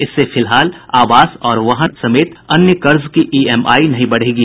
इससे फिलहाल आवास और वाहन ऋण समेत अन्य कर्ज की इएमआई नहीं बढ़ेगी